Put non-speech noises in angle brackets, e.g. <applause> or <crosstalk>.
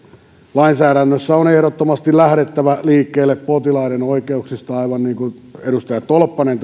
lainsäädännössä on ehdottomasti lähdettävä liikkeelle potilaiden oikeuksista aivan niin kuin edustaja tolppanen <unintelligible>